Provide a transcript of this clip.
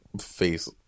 face